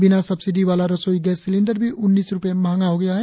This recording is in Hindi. बिना सब्सिडी वाला रसोई गैस सिलेंडर भी उन्नीस रुपये महंगा हो गया है